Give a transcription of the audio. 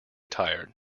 tired